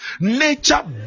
nature